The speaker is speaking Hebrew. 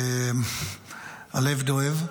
הלב דואב,